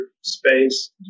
space